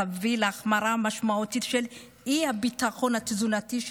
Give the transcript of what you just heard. תביא להחמרה משמעותית של האי-ביטחון התזונתי,